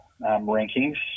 rankings